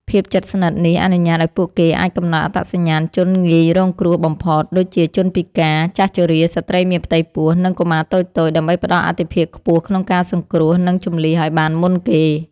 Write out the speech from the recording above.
ភាពជិតស្និទ្ធនេះអនុញ្ញាតឱ្យពួកគេអាចកំណត់អត្តសញ្ញាណជនងាយរងគ្រោះបំផុត ដូចជាជនពិការ ចាស់ជរា ស្ត្រីមានផ្ទៃពោះ និងកុមារតូចៗ ដើម្បីផ្ដល់អាទិភាពខ្ពស់ក្នុងការសង្គ្រោះ និងជម្លៀសឱ្យបានមុនគេ។